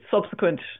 subsequent